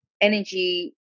energy